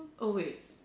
wait